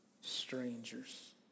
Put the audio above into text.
strangers